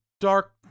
Dark